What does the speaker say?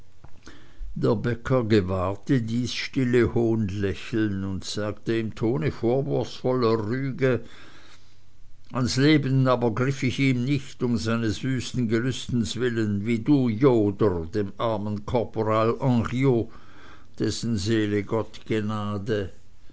der bäcker gewahrte dies stille hohnlächeln und sagte im tone vorwurfsvoller rüge ans leben aber griff ich ihm nicht um seines wüsten gelüstens willen wie du joder dem armen korporal henriot dessen seele gott